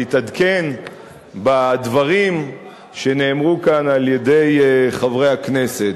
להתעדכן בדברים שנאמרו כאן על-ידי חברי הכנסת.